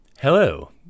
Hello